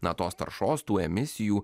na tos taršos tų emisijų